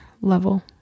level